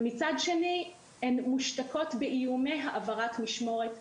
ומצד שני הן מושתקות באיומי העברת משמורת,